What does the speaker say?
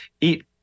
eat